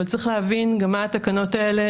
אבל צריך להבין גם מה התקנות האלה,